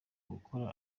gukora